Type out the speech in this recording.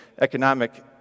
economic